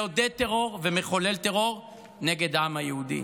מעודד טרור ומחולל טרור נגד העם היהודי.